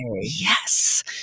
Yes